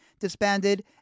disbanded